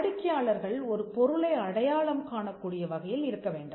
வாடிக்கையாளர்கள் ஒரு பொருளை அடையாளம் காணக்கூடிய வகையில் இருக்க வேண்டும்